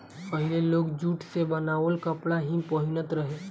पहिले लोग जुट से बनावल कपड़ा ही पहिनत रहे